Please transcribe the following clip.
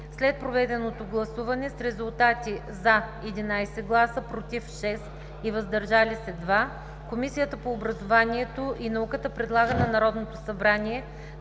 След проведено гласуване с 11 гласа „за“, 6 гласа „против“ и 2 гласа „въздържали се“ Комисията по образованието и науката предлага на Народното събрание